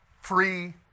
free